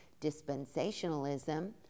dispensationalism